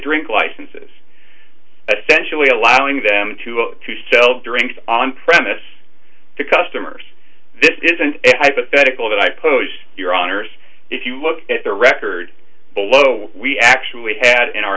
drink licenses essentially allowing them to sell drinks on premise to customers this is an hypothetical that i suppose your honor if you look at the record below we actually had in our